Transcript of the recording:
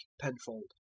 Penfold